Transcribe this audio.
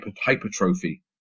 hypertrophy